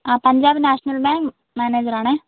ആ Punjab national bank manager ആണ്